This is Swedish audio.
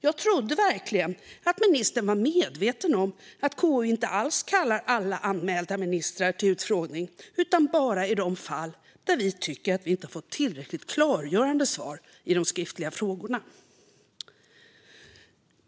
Jag trodde verkligen att ministern var medveten om att KU inte kallar alla anmälda ministrar till utfrågning utan att vi bara gör det i de fall där vi inte tycker vi har fått tillräckligt klargörande svar på de skriftliga frågorna.